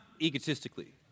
egotistically